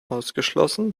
ausgeschlossen